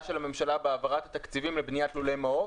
של הממשלה בהעברת תקציבים לבניית לולי מעוף,